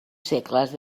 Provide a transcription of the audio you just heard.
segles